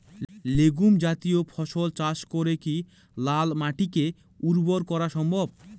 Legume জাতীয় ফসল চাষ করে কি লাল মাটিকে উর্বর করা সম্ভব?